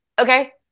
okay